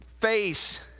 face